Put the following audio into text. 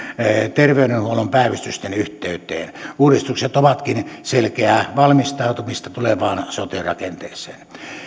terveydenhuollon päivystysten yhteyteen uudistukset ovatkin selkeää valmistautumista tulevaan sote rakenteeseen